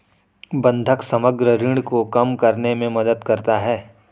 बंधक समग्र ऋण को कम करने में मदद करता है